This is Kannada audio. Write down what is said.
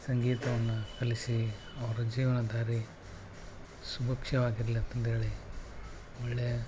ಸಂಗೀತವನ್ನು ಕಲಿಸಿ ಅವರ ಜೀವನ ದಾರಿ ಸುಭಿಕ್ಷವಾಗಿರಲಿ ಅಂತಂದು ಹೇಳಿ ಒಳ್ಳೆಯ